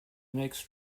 makes